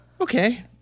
Okay